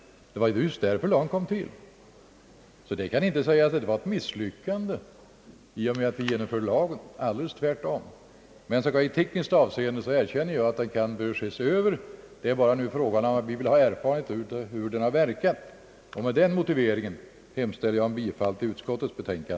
Man kan alltså inte påstå att lagens införande varit ett misslyckande i detta avseende — alldeles tvärtom. I tekniskt avseende erkänner jag dock att den kan behöva ses över. Vad vi nu vill ha är bara erfarenheter av hur den kan ha verkat. Med denna motivering ber jag att få yrka bifall till utskottets hemställan.